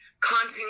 content